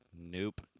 Nope